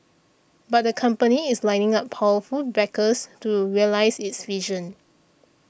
but the company is lining up powerful backers to realise its vision